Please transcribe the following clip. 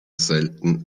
selten